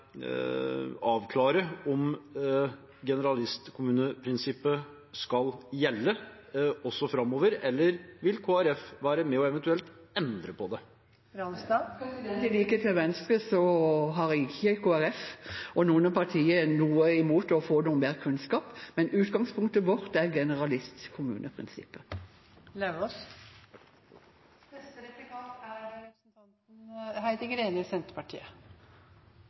avklare om generalistkommuneprinsippet skal gjelde også framover, eller vil Kristelig Folkeparti eventuelt være med og endre på det? I likhet med Venstre har ikke Kristelig Folkeparti eller noen i partiet noe imot å få noe mer kunnskap. Men utgangspunktet vårt er